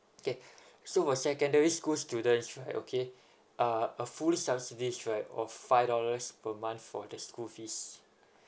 okay so for secondary school students right okay uh a full subsidies right of five dollars per month for the school fees